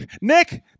Nick